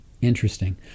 Interesting